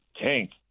tank